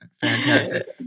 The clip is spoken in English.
fantastic